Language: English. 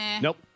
nope